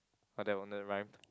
oh that rhymed